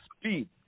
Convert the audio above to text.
speed